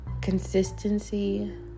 Consistency